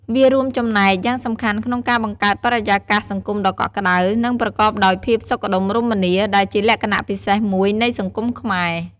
វារួមចំណែកយ៉ាងសំខាន់ក្នុងការបង្កើតបរិយាកាសសង្គមដ៏កក់ក្តៅ និងប្រកបដោយភាពសុខដុមរមនា ដែលជាលក្ខណៈពិសេសមួយនៃសង្គមខ្មែរ។